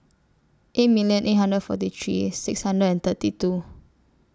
eight million eight hundred forty three six hundred and thirty two